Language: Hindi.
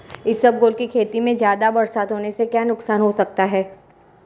इसबगोल की खेती में ज़्यादा बरसात होने से क्या नुकसान हो सकता है?